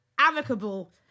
amicable